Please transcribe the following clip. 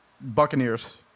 Buccaneers